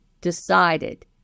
decided